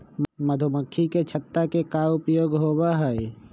मधुमक्खी के छत्ता के का उपयोग होबा हई?